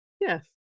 Yes